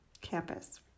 campus